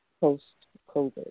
post-COVID